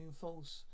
false